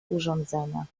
urządzenia